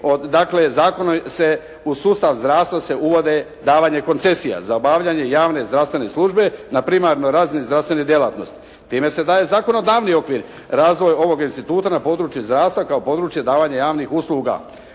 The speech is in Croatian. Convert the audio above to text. dakle zakona se u sustav zdravstva se uvode davanje koncesija za obavljanje javne zdravstvene službe na primarnoj razini zdravstvene djelatnosti. Time se daje zakonodavni okvir razvoju ovoga instituta na području zdravstva kao područje davanja javnih usluga.